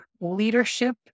leadership